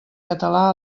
català